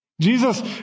Jesus